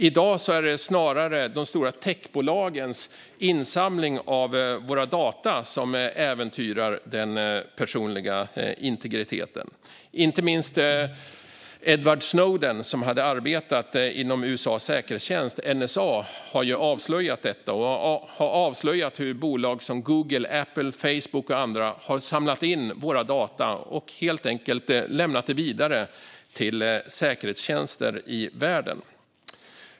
I dag är det snarare de stora techbolagens insamling av våra data som äventyrar den personliga integriteten. Inte minst Edward Snowden, som hade arbetat inom USA:s säkerhetstjänst NSA, har avslöjat detta och hur bolag som Google, Apple, Facebook och andra har samlat in våra data och helt enkelt lämnat dem vidare till säkerhetstjänster i världen.